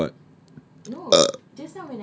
no [what]